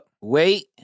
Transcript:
Wait